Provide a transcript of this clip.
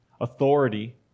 Authority